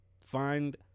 find